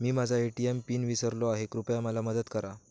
मी माझा ATM pin विसरलो आहे, कृपया मला मदत करा